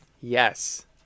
yes